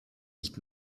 nicht